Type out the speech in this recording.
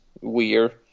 weird